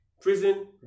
prison